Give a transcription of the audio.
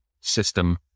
system